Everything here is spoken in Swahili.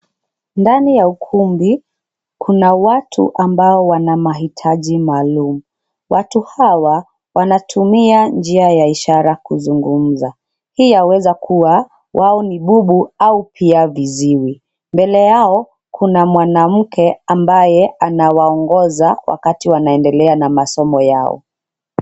Ndani ya ukumbi kuna watu ambao wanamahitaji maalum, watu hawa wanatumia njia ya ishara kuzungumza hii ya weza kua wao ni bubu au pia viziwi mbele yao kuna mwanamke ambaye anawaongoza wakati wanaendelea na masomo yao.